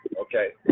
Okay